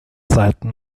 seiten